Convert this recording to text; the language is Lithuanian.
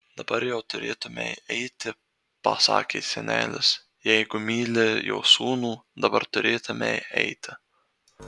dabar jau turėtumei eiti pasakė senelis jeigu myli jo sūnų dabar turėtumei eiti